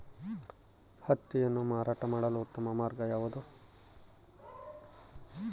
ಹತ್ತಿಯನ್ನು ಮಾರಾಟ ಮಾಡಲು ಉತ್ತಮ ಮಾರ್ಗ ಯಾವುದು?